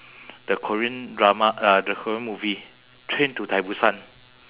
the korean drama uh the korean movie train to t~ busan